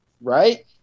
Right